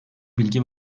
bilgi